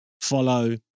follow